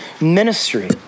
ministry